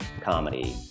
comedy